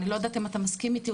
אני לא יודעת אם אתה מסכים איתי,